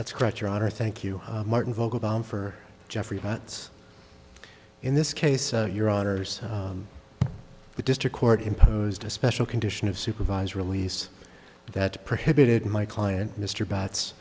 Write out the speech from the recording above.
that's correct your honor thank you martin vogel bond for jeffrey butts in this case your honor so the district court imposed a special condition of supervised release that prohibited my client mr bats